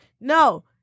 No